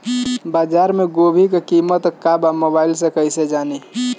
बाजार में गोभी के कीमत का बा मोबाइल से कइसे जानी?